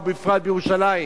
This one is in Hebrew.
בפרט בירושלים.